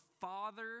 father